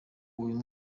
uyu